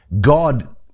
God